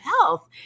health